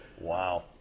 Wow